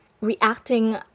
reacting